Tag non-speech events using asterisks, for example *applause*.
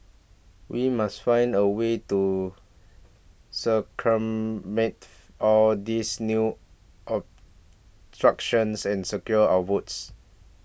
we must find a way to *unintelligible* all these new *unintelligible* and secure our votes